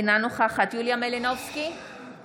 אינה נוכחת יוליה מלינובסקי,